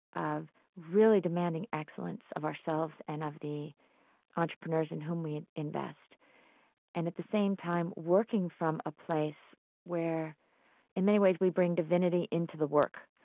of really demanding excellence of ourselves and of the entrepreneurs in whom we invest and, at the same time, working from a place where in many ways we bring divinity into the work,